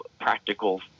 practical